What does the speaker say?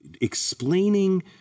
explaining